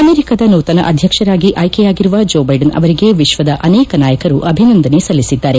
ಅಮೆರಿಕದ ನೂತನ ಅಧ್ಯಕ್ಷರಾಗಿ ಆಯ್ಲೆಯಾಗಿರುವ ಜೋ ಬೈಡನ್ ಅವರಿಗೆ ವಿಶ್ವದ ಅನೇಕ ನಾಯಕರು ಅಭಿನಂದನೆ ಸಲ್ಲಿಸಿದ್ದಾರೆ